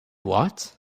what